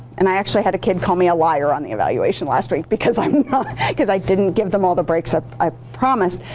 and i actually had a kid call me a liar on the evaluation last week because i mean because i didn't give them all the breaks that ah i promised.